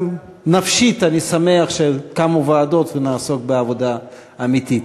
גם נפשית אני שמח שקמו ועדות ונעסוק בעבודה אמיתית.